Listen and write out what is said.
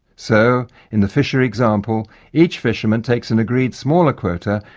so in the fishery example each fisherman takes an agreed smaller quota,